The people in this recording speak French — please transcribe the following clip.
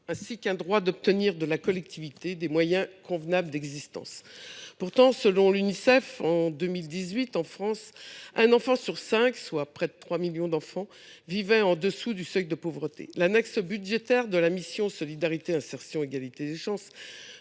ainsi que « le droit d’obtenir de la collectivité des moyens convenables d’existence ». Pourtant, en France, selon l’Unicef, un enfant sur cinq, soit près de 3 millions d’enfants, vivait en dessous du seuil de pauvreté en 2018. L’annexe budgétaire de la mission « Solidarité, insertion et égalité des chances